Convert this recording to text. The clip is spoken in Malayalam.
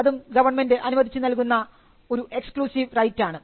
അതും ഗവൺമെൻറ് അനുവദിച്ച നൽകുന്ന ഒരു എക്സ്ക്ലുസീവ് റൈറ്റ് ആണ്